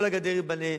כל הגדר תיבנה.